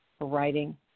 writing